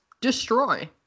destroy